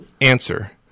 answer